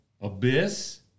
abyss